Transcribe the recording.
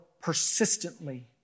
persistently